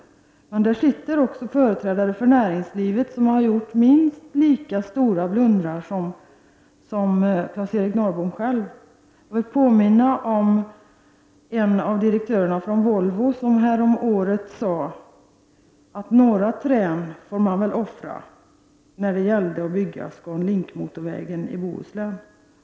Men förutom dessa riksdagsledamöter sitter i transportrådet företrädare för näringslivet som har gjort minst lika stora blundrar som Claes-Eric Norrbom själv. Jag vill här påminna om att en av direktörerna på Volvo häromåret sade att några träd får man väl offra för att kunna bygga ScanLink-motorvägen i Bohuslän.